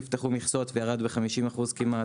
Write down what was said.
נפתחו מכסות והוא ירד ב-50% כמעט,